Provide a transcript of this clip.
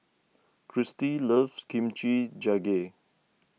Chrissy loves Kimchi Jjigae